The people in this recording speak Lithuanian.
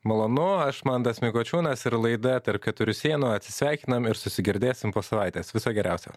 malonu aš mantas mikučiūnas ir laida tarp keturių sienų atsisveikiname ir susigirdėsim po savaitės viso geriausio